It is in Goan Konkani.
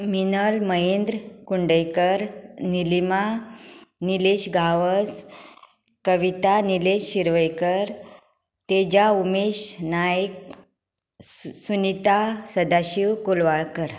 मिनल मयेंद्र कुंडयकर निलिमा निलेश गावस कविता निलेश शिरवयकर तेजा उमेश नायक सु सुनिता सदाशीव कोलवाळकर